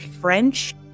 french